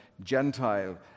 Gentile